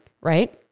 right